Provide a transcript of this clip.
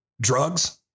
Drugs